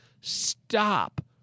Stop